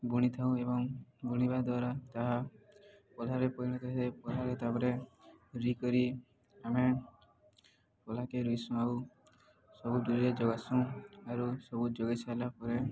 ବୁଣିଥାଉ ଏବଂ ବୁଣିବା ଦ୍ୱାରା ତାହା ପଧାରେ ପଣଥାଏ ପରେ ତାପରେ ରୁଇ କରି ଆମେ ପରେ ରଇସୁଁ ଆଉ ସବୁ ଦୁରେରେ ଜୋଗାଇସୁଁ ଆରୁ ସବୁ ଜୋଗେଇ ସାରିଲା ପରେ